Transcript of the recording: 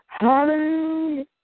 Hallelujah